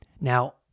Now